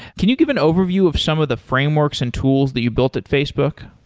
can you give an overview of some of the frameworks and tools that you built at facebook?